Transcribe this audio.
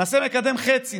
נעשה מקדם חצי,